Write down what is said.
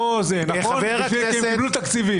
כי הם קיבלו תקציבים.